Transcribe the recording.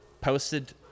posted